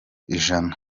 ijana